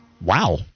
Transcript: Wow